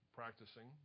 practicing